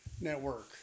network